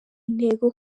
intego